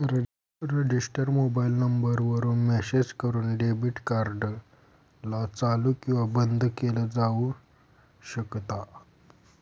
register mobile number वरून message करून debit card ला चालू किंवा बंद केलं जाऊ शकता